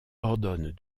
ordonne